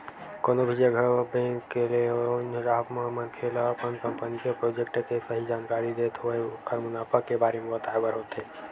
कोनो भी जघा बेंक ले लोन चाहब म मनखे ल अपन कंपनी के प्रोजेक्ट के सही जानकारी देत होय ओखर मुनाफा के बारे म बताय बर होथे